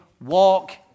Walk